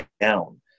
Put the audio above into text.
down